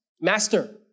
Master